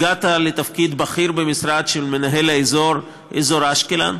הגעת לתפקיד בכיר במשרד, של מנהל אזור אשקלון,